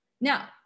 Now